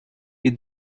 you